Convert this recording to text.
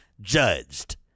judged